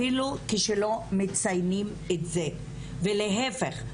אפילו כשלא מציינים את זה, ולהיפך.